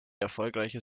erfolgreiche